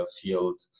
field